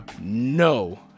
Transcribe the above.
no